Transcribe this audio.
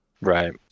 Right